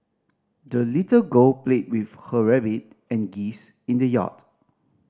the little girl played with her rabbit and geese in the yard